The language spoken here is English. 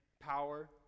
power